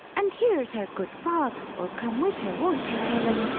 and here's her good father will come with her won't you, caleb?